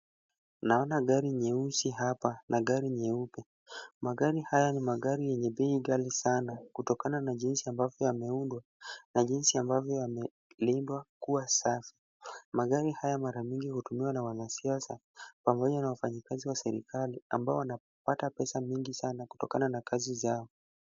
Naona gari nyeusi hapa na gari nyeupe. Magari haya ni magari yenye bei ghali sana kutokana na jinsi ambavyo yameundwa na jinsi ambavyo yamelindwa kuwa safi. Magari haya mara mingi hutumiwa na wanasiasa pamoja na wafanyikazi wa serekali ambao wanapata pesa nyingi sana kutokana na kazi zao.